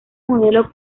modelo